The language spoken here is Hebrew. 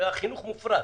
החינוך מופרט.